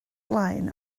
blaen